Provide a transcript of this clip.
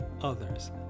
others